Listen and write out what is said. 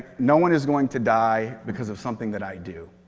no one is going to die because of something that i do.